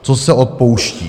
Co se odpouští?